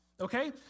okay